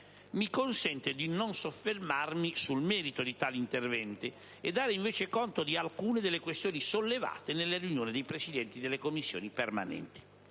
mi consente di non soffermarmi sul merito di tali interventi e dare invece conto di alcune delle questioni sollevate nella riunione dei Presidenti delle Commissioni permanenti.